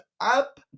up